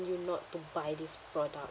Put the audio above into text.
you not to buy this product